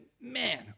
man